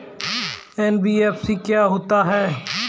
NBFC क्या होता है?